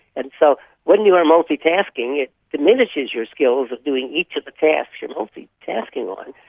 and so when you are multi-tasking, it diminishes your skills of doing each of the tasks you're multi-tasking on,